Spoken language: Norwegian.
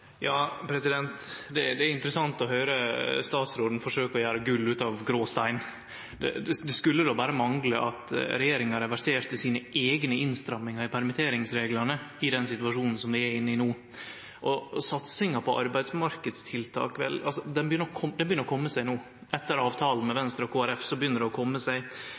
det gjør denne regjeringen. Det er interessant å høyre statsråden forsøkje å gjere gull ut av gråstein. Det skulle då berre mangle at regjeringa reverserte sine eigne innstrammingar i permitteringsreglane i den situasjonen som vi er inne i no. Når det gjeld satsinga på arbeidsmarknadstiltak: Vel, det begynner å kome seg no, etter avtalen med Venstre og